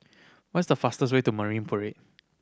what's the fastest way to Marine Parade